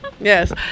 Yes